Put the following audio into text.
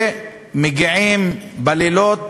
שמגיעים בלילות